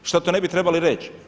Šta to ne bi trebali reći?